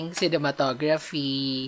cinematography